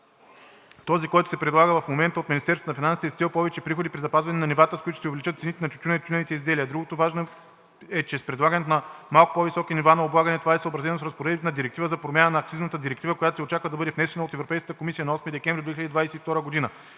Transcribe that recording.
Този, който сега се предлага от Министерството на финансите, е с цел повече приходи при запазване на нивата, с които ще се увеличат цените на тютюна и тютюневите изделия. Другото важно е, че с предлагането на малко по-високи нива на облагане това е съобразено с разпоредбите на Директивата за промяна на акцизната директива, която се очаква да бъде внесена от Европейската комисия на 8 декември 2022 г.